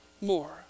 More